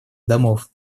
домов